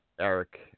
Eric